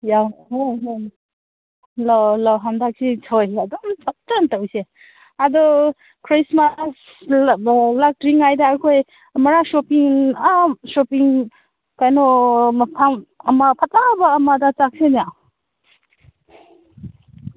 ꯂꯥꯛꯑꯣ ꯂꯥꯛꯑꯣ ꯍꯟꯗꯛꯁꯤ ꯁꯣꯏꯗꯅ ꯑꯗꯨꯝ ꯐꯖꯅ ꯇꯧꯁꯦ ꯑꯗꯣ ꯈ꯭ꯔꯤꯁꯃꯁ ꯂꯥꯛꯇ꯭ꯔꯤꯉꯩꯗ ꯑꯩꯈꯣꯏ ꯑꯃꯨꯔꯛ ꯁꯣꯞꯄꯤꯡ ꯁꯣꯞꯄꯤꯡ ꯀꯩꯅꯣ ꯃꯐꯝ ꯑꯃ ꯐꯖꯕ ꯑꯃꯗ ꯆꯠꯁꯤꯅꯦ